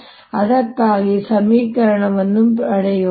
ಮತ್ತು ಅದಕ್ಕಾಗಿ ಸಮೀಕರಣವನ್ನು ಪಡೆಯೋಣ